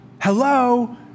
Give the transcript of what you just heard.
Hello